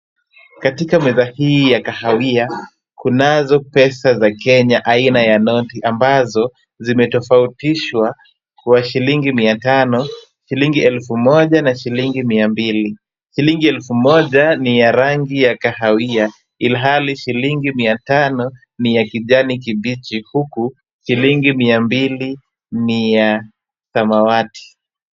Katika meza hii ya kahawia, kunazo pesa za Kenya aina ya noti ambazo zimetofautishwa kwa shilingi mia tano, shilingi elfu moja na shilingi mia mbili. Shilingi elfu moja ni ya rangi ya kahawia, ilhali shilingi mia tano ni ya kijani kibichi, huku shilingi mia mbili ni ya samawati.